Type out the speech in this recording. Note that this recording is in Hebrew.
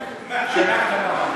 שאלה קטנה.